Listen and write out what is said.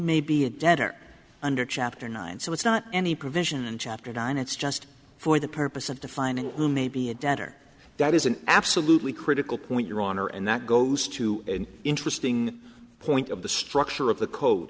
may be a debtor under chapter nine so it's not any provision in chapter nine it's just for the purpose of defining who may be a debtor that is an absolutely critical point your honor and that goes to an interesting point of the structure of the co